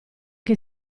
che